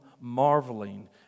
marveling